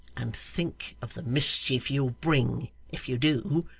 and think of the mischief you'll bring, if you do,